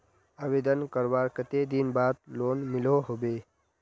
आवेदन करवार कते दिन बाद लोन मिलोहो होबे?